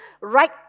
right